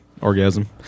orgasm